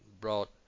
brought